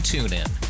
TuneIn